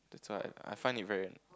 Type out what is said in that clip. so I I find it very